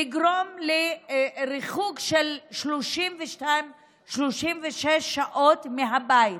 לריחוק של 32 36 שעות מהבית.